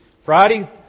Friday